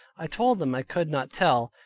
i told them i could not tell.